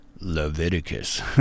Leviticus